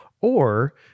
Or-